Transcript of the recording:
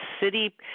city